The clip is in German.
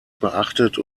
beachtet